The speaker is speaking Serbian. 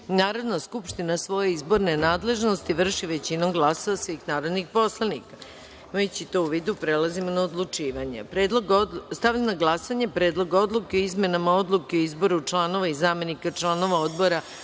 Narodna skupština svoje izborne nadležnosti vrši većinom glasova svih narodnih poslanika. Imajući to u vidu, prelazimo na odlučivanje. Stavljam na glasanje Predlog odluke o izmenama Odluke o izboru članova i zamenika članova odbora